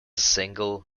single